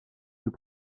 deux